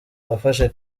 wafashe